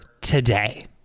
today